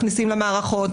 מכניסים למערכות,